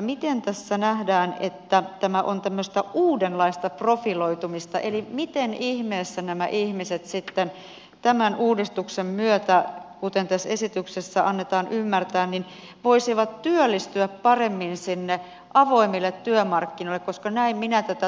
miten tässä nähdään että tämä on tämmöistä uudenlaista profiloitumista eli miten ihmeessä nämä ihmiset sitten tämän uudistuksen myötä kuten tässä esityksessä annetaan ymmärtää voisivat työllistyä paremmin sinne avoimille työmarkkinoille koska näin minä tätä tulkitsen